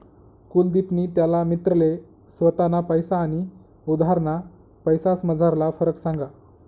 कुलदिपनी त्याना मित्रले स्वताना पैसा आनी उधारना पैसासमझारला फरक सांगा